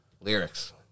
Lyrics